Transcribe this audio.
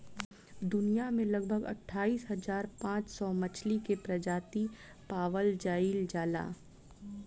दुनिया में लगभग अठाईस हज़ार पांच सौ मछली के प्रजाति पावल जाइल जाला